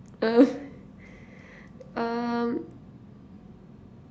uh um